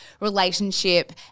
relationship